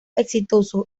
exitoso